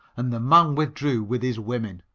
and the man withdrew with his women.